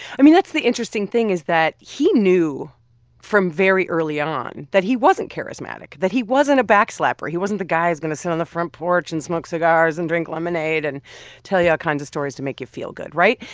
i mean, that's the interesting thing is that he knew from very early on that he wasn't charismatic, that he wasn't a back-slapper. he wasn't the guy who's going to sit on the front porch and smoke cigars and drink lemonade and tell you all yeah kinds of stories to make you feel good, right?